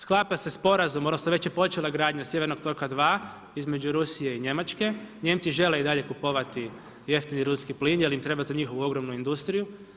Sklapa se sporazum, odnosno već je počela gradnja sjevernog toka 2 između Rusije i Njemačke, Nijemci žele i dalje kupovati jeftini Ruski plin jer im treba za njihovu ogromnu industriju.